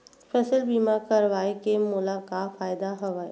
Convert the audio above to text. फसल बीमा करवाय के मोला का फ़ायदा हवय?